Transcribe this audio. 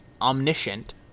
omniscient